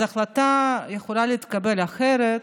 אז ההחלטה הייתה יכולה להתקבל אחרת,